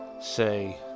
say